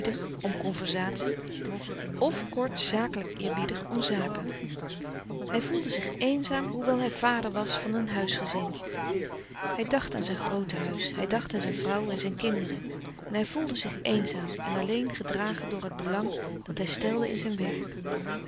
om conversatie f kort zakelijk eerbiedig om zaken hij voelde zich eenzaam hoewel hij vader was van een huisgezin hij dacht aan zijn groote huis hij dacht aan zijn vrouw en zijn kinderen en hij voelde zich eenzaam en alleen gedragen door het belang dat hij stelde in zijn werk